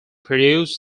produced